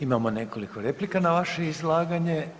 Imamo nekoliko replika na vaše izlaganje.